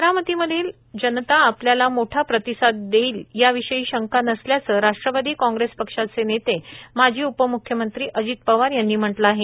बारामतीमधील जनता आपल्याला मोठा प्रतिसाद देईल या विषयी शंका नसल्याचं राष्ट्रवादी काँग्रेस पक्षाचेनेते माजी उपमुख्यमंत्री अजित पवार यांनी म्हटलं आहे